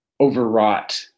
overwrought